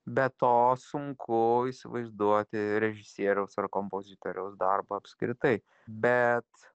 be to sunku įsivaizduoti režisieriaus ar kompozitoriaus darbą apskritai bet